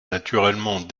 naturellement